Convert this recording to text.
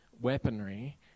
weaponry